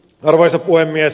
arvoisa puhemies